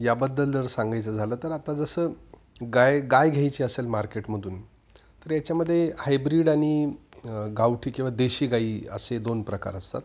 याबद्दल जर सांगायचं झालं तर आता जसं गाय गाय घ्यायची असेल मार्केटमधून तर याच्यामध्ये हायब्रीड आणि गावठी किंवा देशी गाई असे दोन प्रकार असतात